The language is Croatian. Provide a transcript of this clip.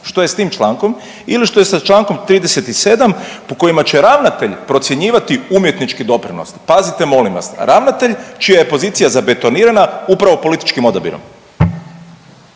što je s tim člankom? Ili što je s čl. 37. po kojima će ravnatelj procjenjivati umjetnički doprinos? Pazite molim vas, ravnatelj čija je pozicija zabetonirana upravo političkim odabirom.